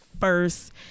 first